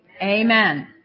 Amen